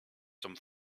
some